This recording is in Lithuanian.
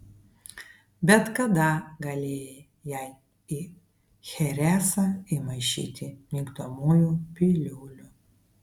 bet kada galėjai jai į cheresą įmaišyti migdomųjų piliulių